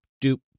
dupe